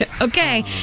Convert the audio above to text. okay